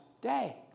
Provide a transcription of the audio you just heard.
day